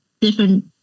different